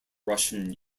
russian